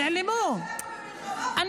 --- נו באמת, באמת, זה לא הוגן.